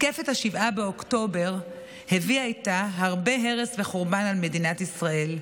מתקפת 7 באוקטובר הביאה איתה הרבה הרס וחורבן על מדינת ישראל,